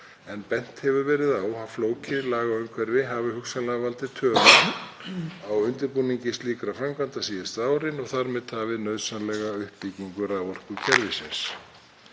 en bent hefur verið á að flókið lagaumhverfi hafi hugsanlega valdið töfum á undirbúningi slíkra framkvæmda síðustu árin og þar með tafið nauðsynlega uppbyggingu raforkukerfisins.